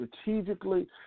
strategically